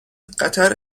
قطر